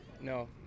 no